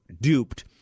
duped